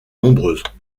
nombreuses